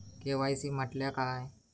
KYC म्हटल्या काय?